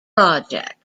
project